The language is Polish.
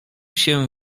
się